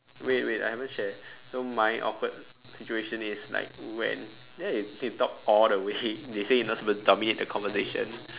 wait wait I haven't share so my awkward situation is like when ya they talk all the way they say you are not supposed to dominate the conversation